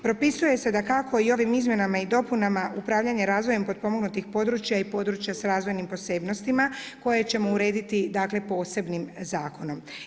Propisuje se dakako i ovim izmjenama i dopunama, upravljanje razvoja potpomognutih područja i područja s razvojnim posebnostima, koje ćemo urediti posebnim zakonom.